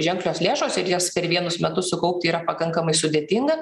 ženklios lėšos ir jos per vienus metus sukaupti yra pakankamai sudėtinga